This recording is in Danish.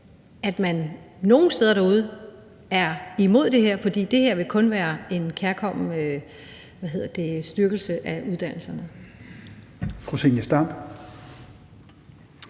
at man nogle steder derude er imod det her, for det her vil kun være en kærkommen styrkelse af uddannelserne.